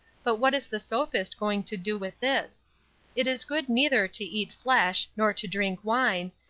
but what is the sophist going to do with this it is good neither to eat flesh, nor to drink wine,